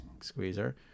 Squeezer